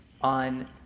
on